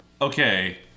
okay